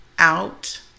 Out